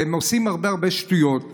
והם עושים הרבה הרבה שטויות.